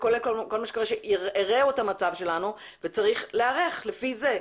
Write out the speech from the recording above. מה שהרע את המצב שלנו וצריך להיערך לפי זה.